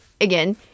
again